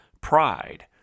pride